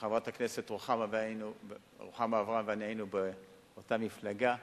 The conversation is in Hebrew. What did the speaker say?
כשחברת הכנסת רוחמה אברהם ואני היינו באותה מפלגה,